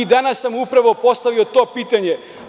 Danas sam upravo postavio to pitanje.